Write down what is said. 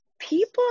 people